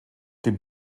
den